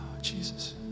Jesus